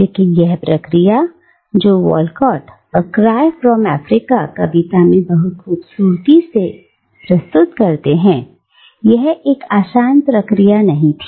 लेकिन यह प्रक्रिया जो Walcott a far cry from Africa कविता में बहुत खूबसूरती से प्रस्तुत करते हैं यह एक आसान प्रक्रिया नहीं थी